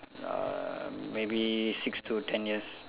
uh maybe six to ten years